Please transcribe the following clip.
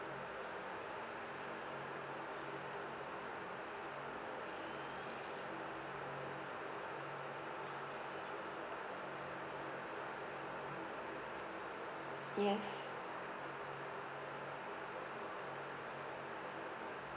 yes